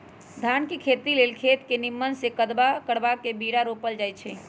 धान के खेती लेल खेत के निम्मन से कदबा करबा के बीरा रोपल जाई छइ